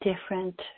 different